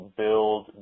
build